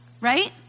right